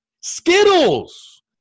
Skittles